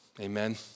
Amen